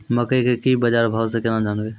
मकई के की बाजार भाव से केना जानवे?